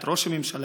את ראש הממשלה,